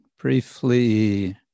briefly